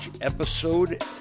episode